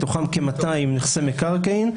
מתוכם כ-200 נכסי מקרקעין,